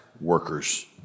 workers